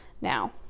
Now